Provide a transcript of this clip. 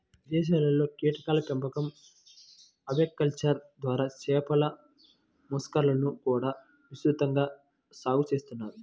ఇదేశాల్లో కీటకాల పెంపకం, ఆక్వాకల్చర్ ద్వారా చేపలు, మలస్కాలను కూడా విస్తృతంగా సాగు చేత్తన్నారు